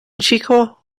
chico